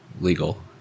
legal